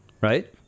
right